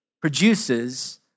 produces